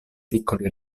piccoli